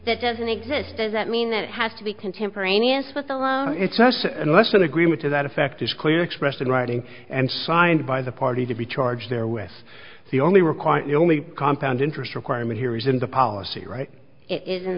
that doesn't exist does that mean that it has to be contemporaneous with the loan its first unless an agreement to that effect is clearly expressed in writing and signed by the party to be charged there with the only requirement only compound interest requirement here is in the policy right it is in